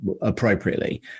appropriately